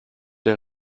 der